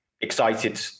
excited